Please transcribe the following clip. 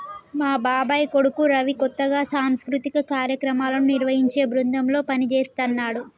మా బాబాయ్ కొడుకు రవి కొత్తగా సాంస్కృతిక కార్యక్రమాలను నిర్వహించే బృందంలో పనిజేత్తన్నాడు